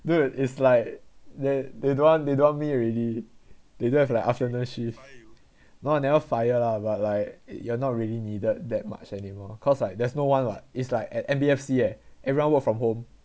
dude it's like they they don't want they don't want me already they don't have like afternoon shift not never fire lah but like you're not really needed that much anymore cause like there's no one [what] it's like at M_B_F_C eh everyone work from home